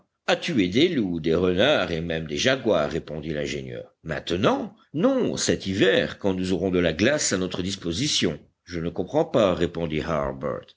à tuer des loups des renards et même des jaguars répondit l'ingénieur maintenant non cet hiver quand nous aurons de la glace à notre disposition je ne comprends pas répondit